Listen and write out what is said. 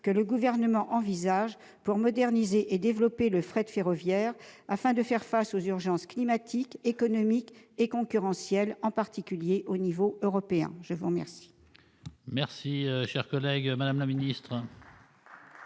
que le Gouvernement envisage pour moderniser et développer le fret ferroviaire, afin de faire face aux urgences climatiques, économiques et concurrentielles, en particulier au niveau européen ? La parole est à Mme la secrétaire